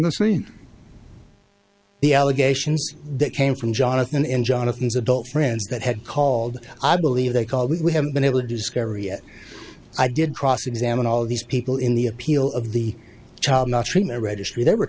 the screen the allegations that came from jonathan and jonathan's adult friends that had called i believe they called we haven't been able to discover yet i did cross examine all of these people in the appeal of the child maltreatment registry there were